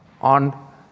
on